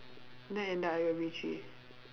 then end up I got B three